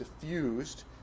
diffused